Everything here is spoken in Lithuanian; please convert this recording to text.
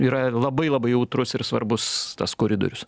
yra labai labai jautrus ir svarbus tas koridorius